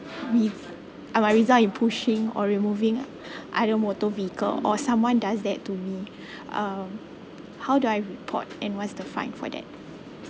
squeeze I might result in pushing or removing either motor vehicle or someone does that to me um how do I report and what's the fine for that